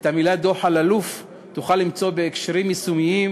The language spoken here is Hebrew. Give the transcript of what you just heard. את המילים דוח אלאלוף תוכל למצוא בהקשרים יישומיים,